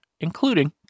including